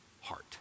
heart